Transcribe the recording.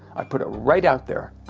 i put it right out there.